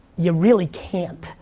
you really can't.